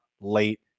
late